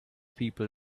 people